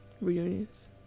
Reunions